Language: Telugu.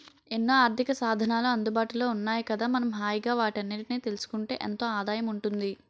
ఎన్నో ఆర్థికసాధనాలు అందుబాటులో ఉన్నాయి కదా మనం హాయిగా వాటన్నిటినీ తెలుసుకుంటే ఎంతో ఆదాయం ఉంటుంది